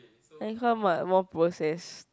but more processed